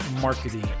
marketing